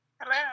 Hello